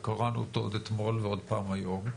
וקראנו אותו עוד אתמול ועוד פעם היום,